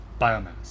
biomass